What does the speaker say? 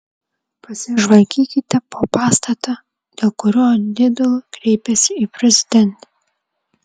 pasižvalgykite po pastatą dėl kurio lidl kreipėsi į prezidentę